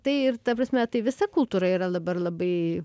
tai ir ta prasme tai visa kultūra yra dabar labai